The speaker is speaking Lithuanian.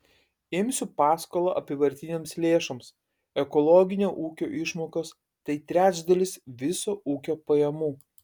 imsiu paskolą apyvartinėms lėšoms ekologinio ūkio išmokos tai trečdalis viso ūkio pajamų